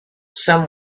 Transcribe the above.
some